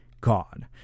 God